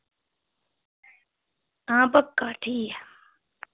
आं ठीक ऐ पक्का